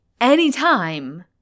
anytime